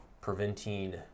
preventing